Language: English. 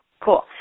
Cool